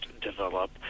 develop